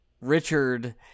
Richard